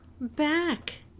back